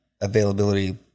availability